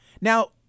Now